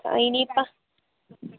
ഇനീപ്പം